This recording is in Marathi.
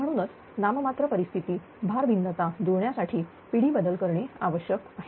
म्हणूनच नाम मात्र परिस्थिती भार भिन्नता जुळण्यासाठी पिढी बदल करणे आवश्यक आहे